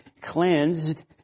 cleansed